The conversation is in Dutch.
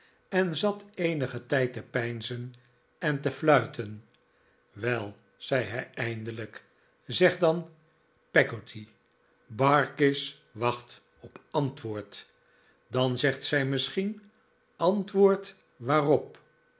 en zat eenigen tijd te peinzen en te fluiten wel zei hij eindelijk zeg dan peggotty barkis wacht op antwoord dan zegt zij misschien antwoord waarop